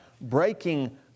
breaking